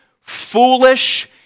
foolish